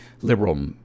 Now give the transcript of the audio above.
liberal